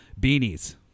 beanies